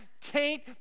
taint